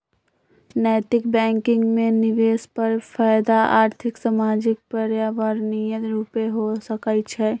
नैतिक बैंकिंग में निवेश पर फयदा आर्थिक, सामाजिक, पर्यावरणीय रूपे हो सकइ छै